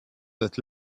that